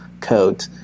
code